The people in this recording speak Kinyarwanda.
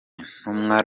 intumwa